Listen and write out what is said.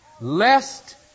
lest